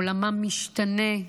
עולמם משתנה.